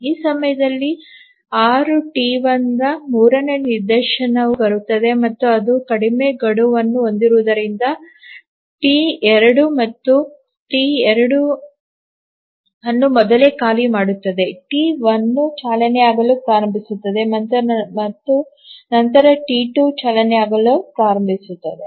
ಆ ಸಮಯದಲ್ಲಿ 6 ಟಿ 1 ನ ಮೂರನೇ ನಿದರ್ಶನವು ಬರುತ್ತದೆ ಮತ್ತು ಅದು ಕಡಿಮೆ ಗಡುವನ್ನು ಹೊಂದಿರುವುದರಿಂದ ಟಿ 2 ಅದು ಮತ್ತೆ ಟಿ 2 ಅನ್ನು ಮೊದಲೇ ಖಾಲಿ ಮಾಡುತ್ತದೆ ಟಿ 1 ಚಾಲನೆಯಾಗಲು ಪ್ರಾರಂಭಿಸುತ್ತದೆ ಮತ್ತು ನಂತರ ಟಿ 2 ಚಾಲನೆಯಾಗಲು ಪ್ರಾರಂಭಿಸುತ್ತದೆ